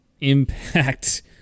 impact